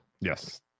Yes